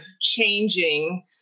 changing